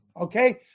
okay